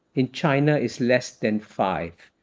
in china, it's less than five.